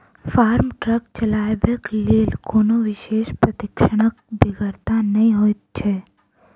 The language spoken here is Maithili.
फार्म ट्रक चलयबाक लेल कोनो विशेष प्रशिक्षणक बेगरता नै होइत छै